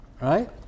right